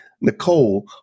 Nicole